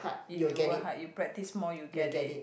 if you work hard you practise more you get it